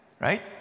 right